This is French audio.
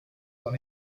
dans